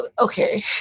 okay